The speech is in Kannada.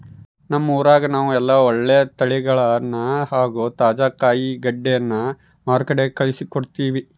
ನಮ್ಮ ಊರಗ ನಾವು ಎಲ್ಲ ಒಳ್ಳೆ ತಳಿಗಳನ್ನ ಹಾಗೂ ತಾಜಾ ಕಾಯಿಗಡ್ಡೆನ ಮಾರುಕಟ್ಟಿಗೆ ಕಳುಹಿಸಿಕೊಡ್ತಿವಿ